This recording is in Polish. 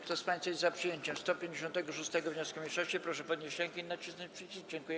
Kto z państwa jest za przyjęciem 159. wniosku mniejszości, proszę podnieść rękę i nacisnąć przycisk.